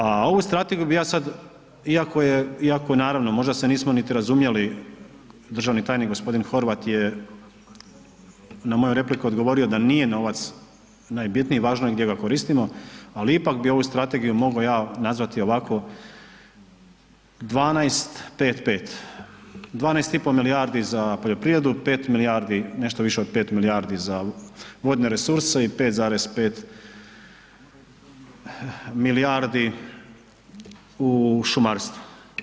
A ovu Strategiju bi ja sad, iako je, iako je, naravno možde se nismo niti razumjeli, državni tajnik gospodin Horvat je na moju repliku odgovorio da nije novac najbitniji, važno je gdje ga koristimo, ali ipak bi ovu Strategiju mogao ja nazvati ovako 12-5-5, 12 i po milijardi za poljoprivredu, 5 milijardi, nešto više od 5 milijardi za vodne resurse, i 5,5 milijardi u šumarstvo.